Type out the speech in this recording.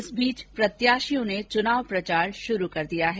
इस बीच प्रत्याशियों ने चुनाव प्रचार शुरू कर दिया है